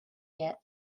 yet